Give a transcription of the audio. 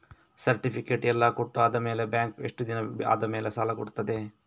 Certificate ಎಲ್ಲಾ ಕೊಟ್ಟು ಆದಮೇಲೆ ಬ್ಯಾಂಕ್ ಎಷ್ಟು ದಿನ ಆದಮೇಲೆ ಸಾಲ ಕೊಡ್ತದೆ?